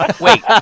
Wait